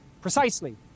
Precisely